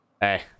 Hey